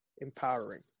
empowering